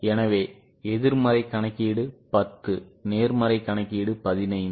எனவே எதிர்மறை கணக்கீடு 10 நேர்மறை கணக்கீடு 15